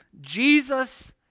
Jesus